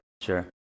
sure